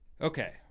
Okay